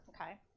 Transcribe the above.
Okay